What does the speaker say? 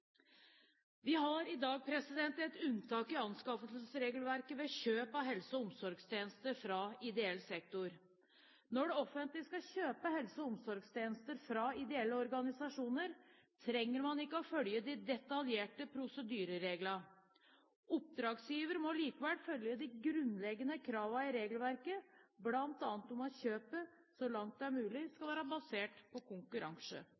Vi har i dag et unntak i anskaffelsesregelverket ved kjøp av helse- og omsorgstjenester fra ideell sektor. Når det offentlige skal kjøpe helse- og omsorgstjenester fra ideelle organisasjoner, trenger man ikke å følge de detaljerte prosedyrereglene. Oppdragsgiver må likevel følge de grunnleggende kravene i regelverket, bl.a. om at kjøpet, så langt det er mulig, skal være basert på konkurranse.